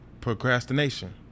procrastination